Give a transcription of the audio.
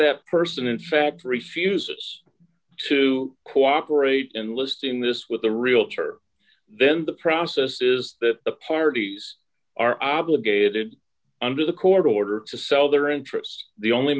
that person in fact refuses to cooperate and listing this with the realtor then the process is that the parties are obligated under the court order to sell their interests the only